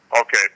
Okay